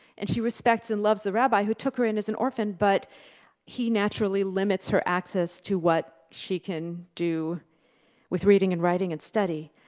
and she respects and loves the rabbi, who took her in as an orphan, but he naturally limits her access to what she can do with reading and writing and study.